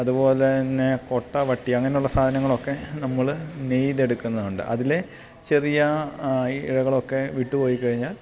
അതുപോലെത്തന്നെ കൊട്ട വട്ടി അങ്ങനെയുള്ള സാധനങ്ങളൊക്കെ നമ്മൾ നെയ്തെടുക്കുന്നുണ്ട് അതിൽ ചെറിയ ഈ ഇഴകളൊക്കെ വിട്ടുപോയിക്കഴിഞ്ഞാൽ